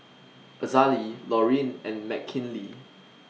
Azalee Loreen and Mckinley